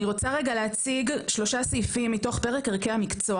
אני רוצה רגע להציג שלושה סעיפים מתוך פרק ערכי המקצוע